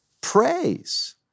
praise